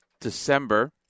December